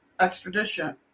extradition